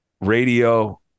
radio